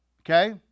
Okay